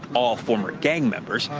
all former gang members,